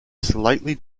slightly